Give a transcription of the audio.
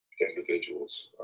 individuals